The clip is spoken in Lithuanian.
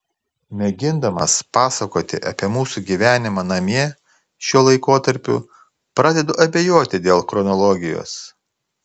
mėgindamas pasakoti apie mūsų gyvenimą namie šiuo laikotarpiu pradedu abejoti dėl chronologijos